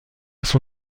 son